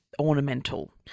ornamental